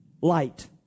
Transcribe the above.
light